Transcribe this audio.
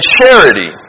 charity